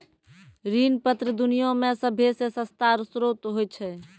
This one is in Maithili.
ऋण पत्र दुनिया मे सभ्भे से सस्ता श्रोत होय छै